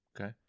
Okay